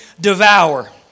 devour